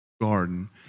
garden